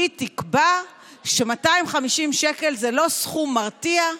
היא תקבע ש-250 שקל זה לא סכום מרתיע.